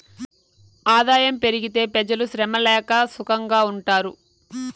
ఆదాయం పెరిగితే పెజలు శ్రమ లేక సుకంగా ఉంటారు